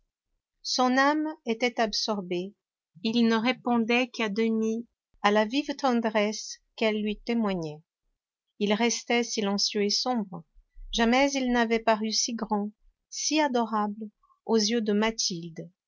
son âme était absorbée il ne répondait qu'à demi à la vive tendresse qu'elle lui témoignait il restait silencieux et sombre jamais il n'avait paru si grand si adorable aux yeux de mathilde